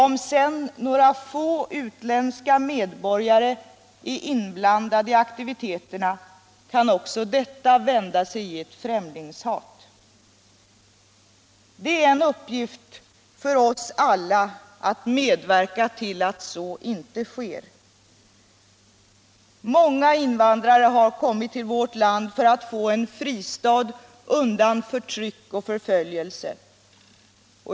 Om sedan några få utländska medborgare är inblandade i aktiviteterna, kan detta också vändas i ett främlingshat. Det är en uppgift för oss alla att medverka till att så inte sker. Många invandrare har kommit till vårt land för att få en fristad undan förtryck och förföljelse.